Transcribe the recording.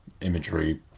Imagery